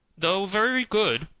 though very good,